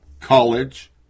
college